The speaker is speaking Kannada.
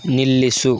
ನಿಲ್ಲಿಸು